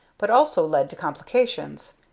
but also led to complications.